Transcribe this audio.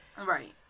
Right